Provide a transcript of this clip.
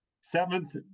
seventh